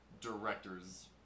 director's